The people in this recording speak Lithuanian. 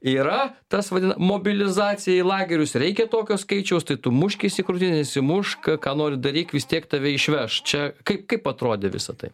yra tas vadina mobilizacija į lagerius reikia tokio skaičiaus tai tu muškis į krūtinę nesimušk ką nori daryk vis tiek tave išveš čia kaip kaip atrodė visa tai